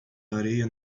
areia